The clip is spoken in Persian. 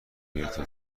گرفته